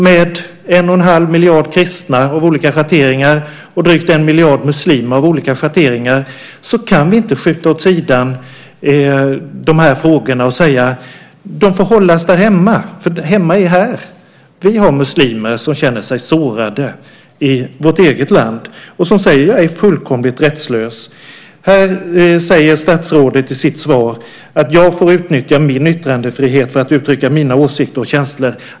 Med en och en halv miljard kristna av olika schatteringar och drygt en miljard muslimer av olika schatteringar kan vi inte skjuta åt sidan de här frågorna och säga att de får hållas därhemma, därför att hemma är här. Vi har muslimer som känner sig sårade i vårt eget land och som säger: Jag är fullkomligt rättslös! Här säger statsrådet i sitt svar att jag får utnyttja min yttrandefrihet för att uttrycka mina åsikter och känslor.